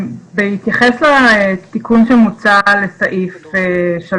בהתייחס לתיקון שמוצע לסעיף 3,